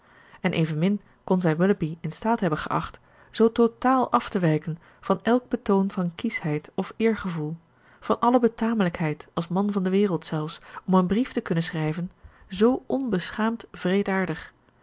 en evenmin kon zij willoughby in staat hebben geacht zoo totaal af te wijken van elk betoon van kieschheid of eergevoel van alle betamelijkheid als man van de wereld zelfs om een brief te kunnen schrijven zoo onbeschaamd